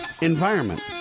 environment